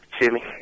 Jimmy